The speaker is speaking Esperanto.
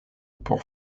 por